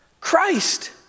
Christ